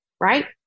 Right